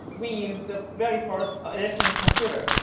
we used the very first electronic computer,